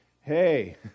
hey